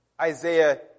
Isaiah